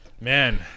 Man